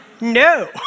No